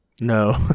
No